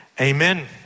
amen